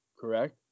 correct